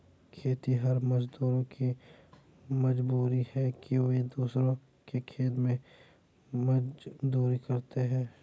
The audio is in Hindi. खेतिहर मजदूरों की मजबूरी है कि वे दूसरों के खेत में मजदूरी करते हैं